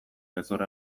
gezur